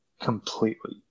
completely